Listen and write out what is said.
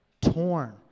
Torn